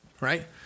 right